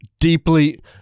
Deeply